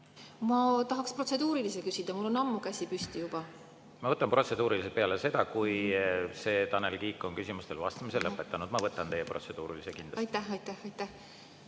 Ma tahaks protseduurilise küsida, mul on juba ammu käsi püsti. Ma võtan protseduurilise peale seda, kui Tanel Kiik on küsimustele vastamise lõpetanud. Ma võtan teie protseduurilise kindlasti. Ma võtan